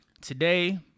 Today